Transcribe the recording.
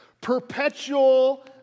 perpetual